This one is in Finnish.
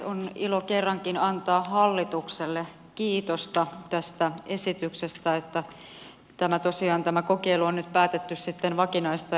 on ilo kerrankin antaa hallitukselle kiitosta esityksestä siitä että tämä kokeilu tosiaan on nyt päätetty sitten vakinaistaa